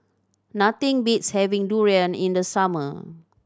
nothing beats having durian in the summer